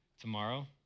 tomorrow